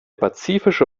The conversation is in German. pazifische